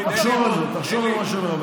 תחשוב על זה, תחשוב על מה שאני אומר.